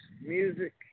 music